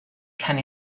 can